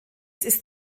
ist